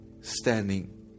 standing